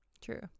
True